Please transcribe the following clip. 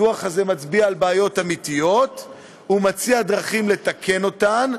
הדוח הזה מצביע על בעיות אמיתיות ומציע דרכים לתקן אותן,